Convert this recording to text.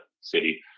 city